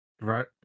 Right